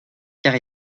car